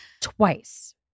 twice